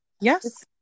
yes